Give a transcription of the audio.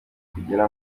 kugira